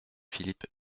philippe